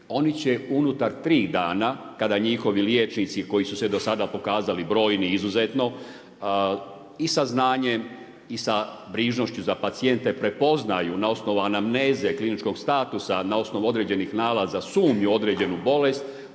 Oni će unutar 3 dana, kada njihovi liječnici, koji su se do sada pokazali brojni izuzetno i sa znanjem i sa brižnošću za pacijente prepoznaju na osnovu anamneze kliničkog statusa, na osnovu određenih nalaza sumnju određenu bolest,